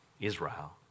Israel